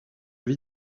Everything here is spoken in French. vis